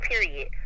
period